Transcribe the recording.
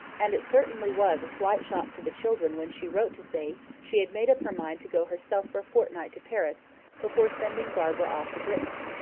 and it certainly was a slight shock to the children when she wrote to say she had made up her mind to go herself for a fortnight to paris before sending barbara off to brittany,